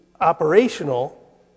operational